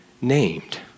named